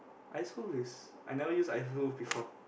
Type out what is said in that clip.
ice wolf is I never use ice wolf before